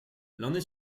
l’année